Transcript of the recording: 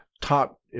top